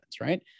right